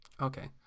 Okay